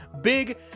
big